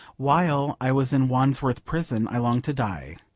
while i was in wandsworth prison i longed to die.